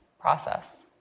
process